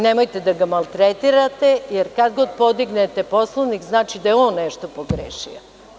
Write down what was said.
Nemojte da ga maltretirate jer kadgod podignete Poslovnik znači da je on nešto pogrešio.